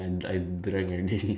wait this one we have